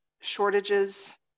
shortages